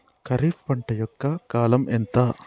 ఖరీఫ్ పంట యొక్క కాలం ఎంత?